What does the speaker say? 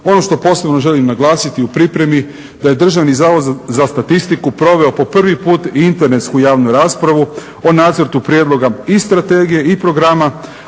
Ono što posebno želim naglasiti u pripremi da je Državni zavod za statistiku proveo po prvi put i internetsku javnu raspravu o nacrtu prijedloga i strategije i programa,